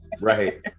Right